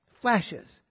Flashes